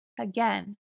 Again